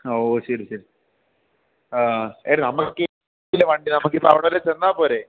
ഓ ശരി ശരി ആ എടാ നമുക്ക് ഈ വണ്ടിയി വണ്ടി നമുക്ക് ഇപ്പം അവിടെ വരെ ചെന്നാൽ പോരെ